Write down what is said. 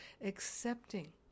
accepting